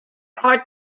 are